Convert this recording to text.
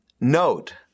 note